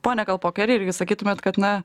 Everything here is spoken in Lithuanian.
pone kalpokai ar irgi sakytumėt kad na